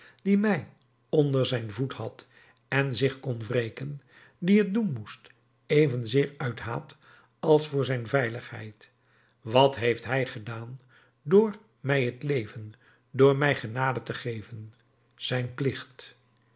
die mij onder zijn voet had en zich kon wreken die het doen moest evenzeer uit haat als voor zijn veiligheid wat heeft hij gedaan door mij het leven door mij genade te geven zijn plicht